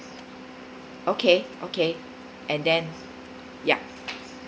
okay okay and then ya